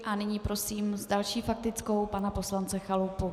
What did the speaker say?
A nyní prosím s další faktickou pana poslance Chalupu.